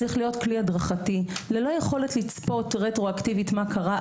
צריך להיות כלי הדרכתי ללא יכולת לצפות רטרו-אקטיבית מה קרה,